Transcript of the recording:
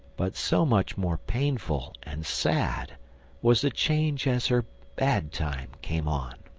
but so much more painful and sad was the change as her bad time came on.